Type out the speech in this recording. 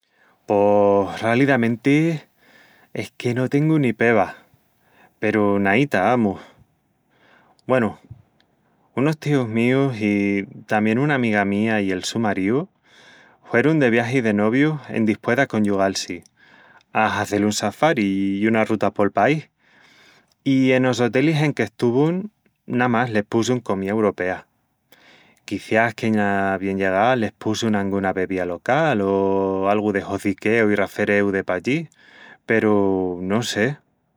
Pos... rálidamenti... es que no tengu ni peba... peru naíta, amus... Güenu, unus tíus míus i tamién una amiga mía i el su maríu huerun de viagi de novius endispués d'aconyugal-si a hazel un safari i una ruta pol país, i enos otelis en que estuvun namás les pusun comía uropea"... Quiciás qu'ena bienllegá? les pusun anguna bebía local o algu de hoziqueu i rafereu de pallí, peru... no sé....